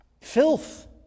filth